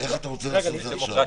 איך אתה רוצה לעשות את זה עכשיו?